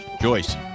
Joyce